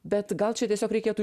bet gal čia tiesiog reikėtų